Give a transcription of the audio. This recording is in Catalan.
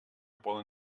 poden